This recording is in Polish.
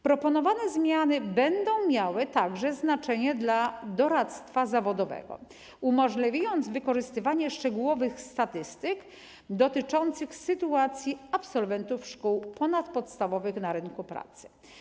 Proponowane zmiany będą miały także znaczenie dla doradztwa zawodowego i umożliwią wykorzystywanie szczegółowych statystyk dotyczących sytuacji absolwentów szkół ponadpodstawowych na rynku pracy.